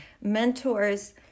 mentors